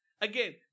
Again